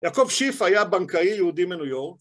יעקב שיף היה בנקאי יהודי מניו יורק